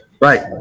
Right